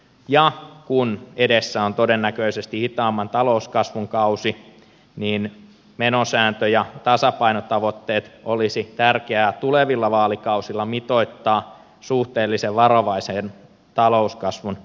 ja kun edessä on todennäköisesti hitaamman talouskasvun kausi niin menosääntö ja tasapainotavoitteet olisi tärkeää tulevilla vaalikausilla mitoittaa suhteellisen varovaisen talouskasvun mukaan